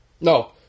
No